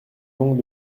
donc